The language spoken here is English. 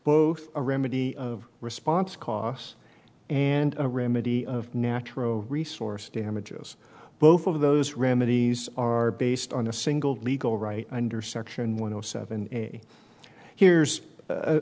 both a remedy of response costs and a remedy of natural resource damages both of those remedies are based on a single legal right under section one hundred seventy here's a